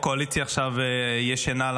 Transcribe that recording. הקואליציה עכשיו ישנה לה,